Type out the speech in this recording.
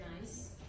nice